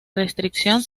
restricción